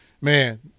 Man